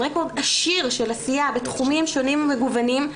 רקורד עשיר של עשייה בתחומים שונים ומגוונים,